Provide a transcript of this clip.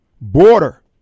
border